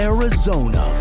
Arizona